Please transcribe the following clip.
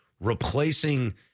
replacing